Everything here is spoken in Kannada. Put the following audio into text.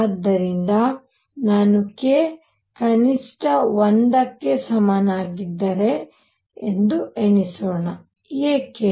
ಆದ್ದರಿಂದ ನಾನು k ಕನಿಷ್ಠ 1 ಕ್ಕೆ ಸಮನಾಗಿದ್ದರೆ ಎಂದು ಎಣಿಸೋಣ ಏಕೆ